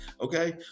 okay